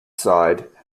side